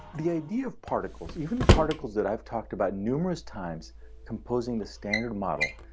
the idea of particles, even the particles that i've talked about numerous times composing the standard model,